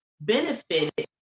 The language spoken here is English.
benefited